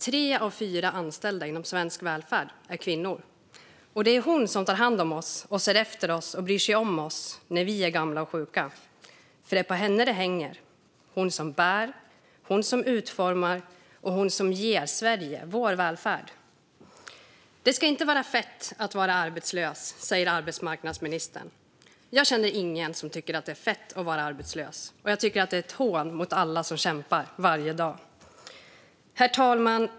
Tre av fyra anställda inom svensk välfärd är kvinnor. Det är en kvinna som tar hand om oss, ser efter oss och bryr sig om oss när vi är gamla och sjuka. Det är på henne det hänger. Det är hon som bär, hon som utformar och hon som ger Sverige vår välfärd. Det ska inte vara fett att vara arbetslös, säger arbetsmarknadsministern. Jag känner ingen som tycker att det är fett att vara arbetslös. Att säga så är ett hån mot alla som kämpar varje dag. Herr talman!